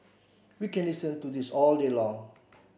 we can listen to this all day long